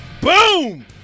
Boom